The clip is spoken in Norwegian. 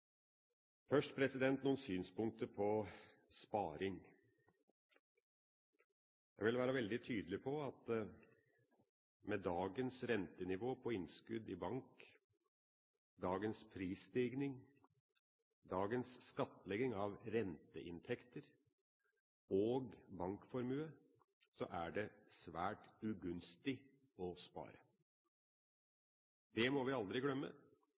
Først noen synspunkter på sparing. Jeg vil være veldig tydelig på at med dagens rentenivå på innskudd i bank, dagens prisstigning og dagens skattlegging av renteinntekter og bankformue er det svært ugunstig å spare. Det må vi aldri glemme,